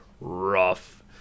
rough